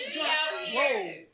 Whoa